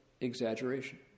exaggeration